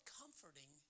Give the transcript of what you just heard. comforting